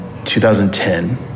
2010